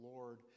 Lord